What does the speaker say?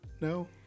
No